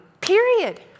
Period